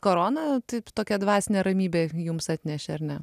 korona taip tokią dvasinę ramybę jums atnešė ar ne